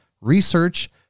research